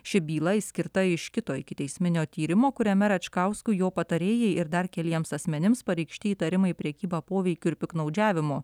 ši byla išskirta iš kito ikiteisminio tyrimo kuriame račkauskui jo patarėjai ir dar keliems asmenims pareikšti įtarimai prekyba poveikiu ir piktnaudžiavimu